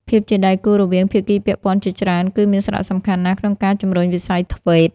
ភាពជាដៃគូរវាងភាគីពាក់ព័ន្ធជាច្រើនគឺមានសារៈសំខាន់ណាស់ក្នុងការជំរុញវិស័យ ធ្វេត TVET។